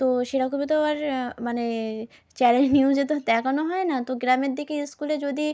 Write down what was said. তো সেরকমও তো আর মানে চ্যানেল নিউজে তো আর দেখানো হয় না তো গ্রামের দিকে স্কুলে যদি